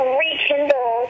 rekindle